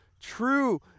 true